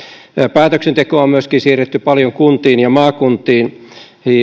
päätöksentekoa on myöskin siirretty paljon kuntiin ja maakuntiin